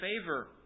favor